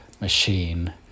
machine